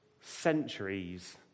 centuries